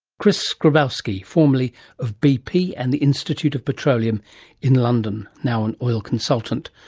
chris skrebowski, formerly of bp and the institute of petroleum in london, now an oil consultant,